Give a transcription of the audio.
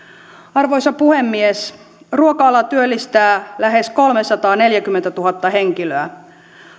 arvoisa puhemies ruoka ala työllistää lähes kolmesataaneljäkymmentätuhatta henkilöä